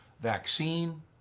vaccine